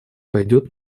пойдет